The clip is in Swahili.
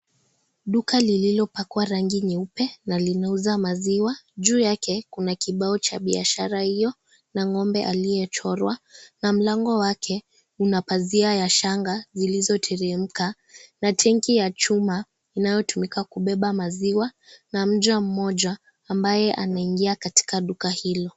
Duka lililopakwa rangi nyeupe na linauza maziwa juu yake kuna kibao cha biashara hiyo na ng'ombe aliye chorwa na mlango yake una pasia ya shanga zilizo telemka na tenki ya chuma inayotumika kubeba maziwa na mcha mmoja ambaye anaingia katika duka hilo.